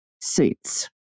suits